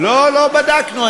לא, לא בדקנו.